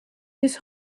his